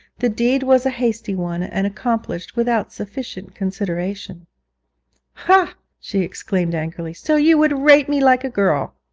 the deed was a hasty one, and accomplished without sufficient consideration ha! she exclaimed angrily, so ye would rate me like a girl!